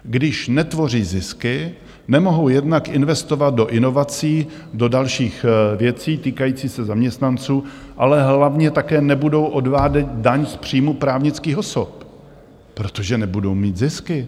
Když netvoří zisky, nemohou jednak investovat do inovací, do dalších věcí týkajících se zaměstnanců, ale hlavně také nebudou odvádět daň z příjmů právnických osob, protože nebudou mít zisky.